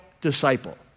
disciple